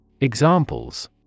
Examples